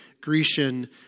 Grecian